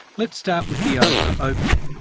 let's start with the o for open.